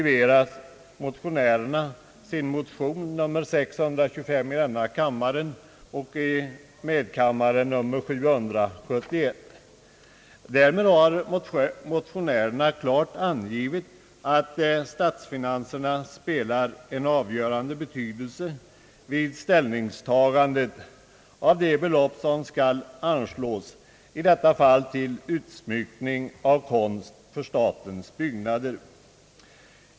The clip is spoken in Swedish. vit, att statsfinanserna spelar en avgörande roll vid bestämmandet av de belopp som skall anslås, i detta fall till förvärv av konst för utsmyckning av statens byggnader.